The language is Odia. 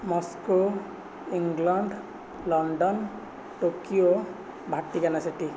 Moscow England London Tokyo Vatican city